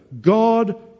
God